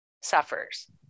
suffers